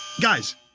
Guys